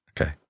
Okay